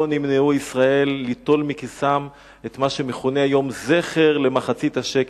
לא נמנעו ישראל מליטול מכיסם את מה שמכונה היום זכר למחצית השקל,